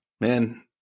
man